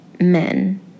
men